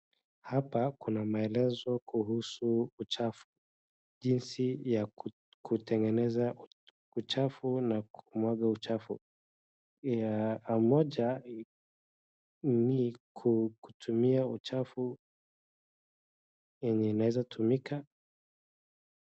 Hapa kuna maelezo kuhusu uchafu, jinsi ya kutengeneza uchafu na kumwaga uchafu njia moja ni kutumia uchafu yenye inaweza tumika.